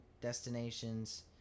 destinations